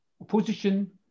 opposition